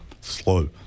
Slow